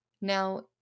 Now